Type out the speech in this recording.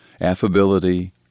affability